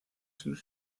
sin